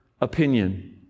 opinion